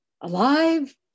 Alive